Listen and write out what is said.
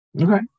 Okay